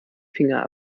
finger